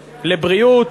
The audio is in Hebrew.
לבריאות,